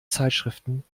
zeitschriften